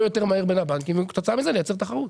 יותר מהר בין הבנקים וכתוצאה מזה לייצר תחרות.